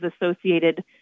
associated